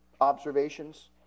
observations